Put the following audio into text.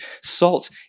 Salt